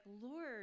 Lord